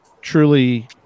truly